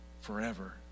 forever